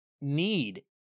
need